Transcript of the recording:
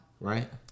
Right